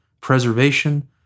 preservation